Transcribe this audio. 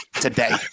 today